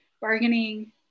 bargaining